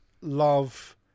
love